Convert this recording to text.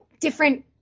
different